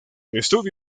estudió